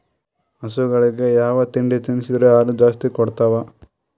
ಹಸುಗಳಿಗೆ ಯಾವ ಹಿಂಡಿ ತಿನ್ಸಿದರ ಹಾಲು ಜಾಸ್ತಿ ಕೊಡತಾವಾ?